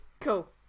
Cool